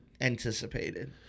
anticipated